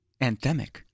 Anthemic